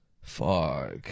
fuck